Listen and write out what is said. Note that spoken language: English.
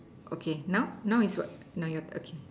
okay now now is what now your okay